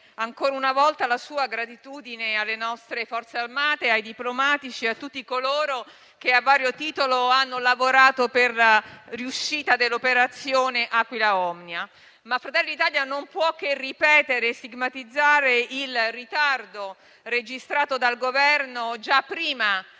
ancora una volta la sua gratitudine alle nostre Forze armate, ai diplomatici e a tutti coloro che, a vario titolo, hanno lavorato per la riuscita dell'operazione Aquila Omnia. Fratelli d'Italia non può tuttavia non ripetere e non stigmatizzare il ritardo registrato dal Governo, già prima